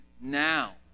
now